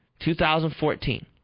2014